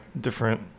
different